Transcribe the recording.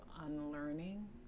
unlearning